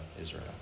Israel